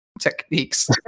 techniques